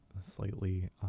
slightly